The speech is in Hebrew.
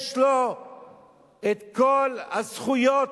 יש לו כל הזכויות